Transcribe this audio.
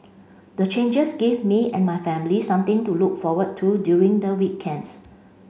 the changes give me and my family something to look forward to during the weekends